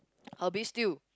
her beef stew